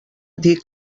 dir